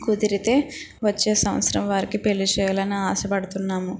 కుదిరితే వచ్చే సంవత్సరం వారికి పెళ్లి చేయాలని ఆశ పడుతున్నాము